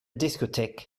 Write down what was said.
discotheque